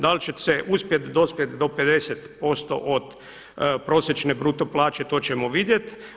Da li će se uspjeti dospjet do 50% od prosječne bruto plaće to ćemo vidjeti.